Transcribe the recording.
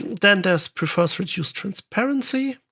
then there's prefers-reduced-transparency,